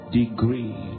degree